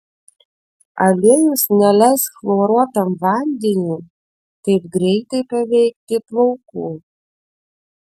aliejus neleis chloruotam vandeniui taip greitai paveikti plaukų